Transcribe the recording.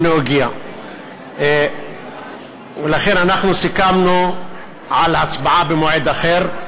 הנה הוא הגיע סיכמנו על הצבעה במועד אחר,